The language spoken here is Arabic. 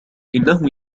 إنه